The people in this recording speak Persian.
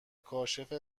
کاشف